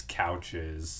couches